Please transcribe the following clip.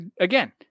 again